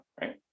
right